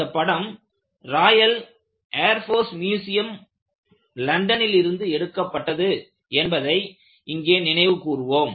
இந்த படம் Royal Air Force Museum லண்டனிலிருந்து எடுக்கப்பட்டது என்பதை இங்கே நினைவு கூர்வோம்